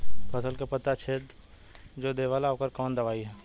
फसल के पत्ता छेद जो देवेला ओकर कवन दवाई ह?